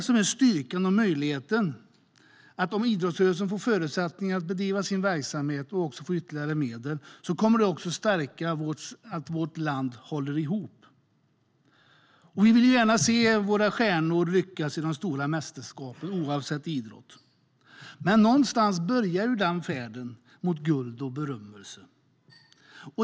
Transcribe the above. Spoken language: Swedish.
Om idrottsrörelsen får förutsättningar att bedriva sin verksamhet och ytterligare medel kommer det att stärka vårt land så att det håller ihop. Det är en styrka och en möjlighet. Vi vill gärna se våra stjärnor lyckas på de stora mästerskapen, oavsett idrott. Men någonstans börjar färden mot guld och berömmelse.